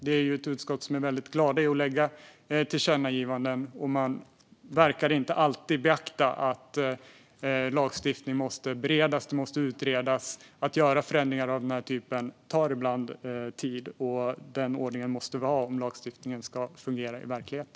Vi är ju ett utskott där vi är väldigt glada i att göra tillkännagivanden utan att alltid beakta att lagstiftning måste beredas och utredas. Att göra förändringar av den här typen tar ibland tid. Den ordningen måste vi ha om lagstiftningen ska fungera i verkligheten.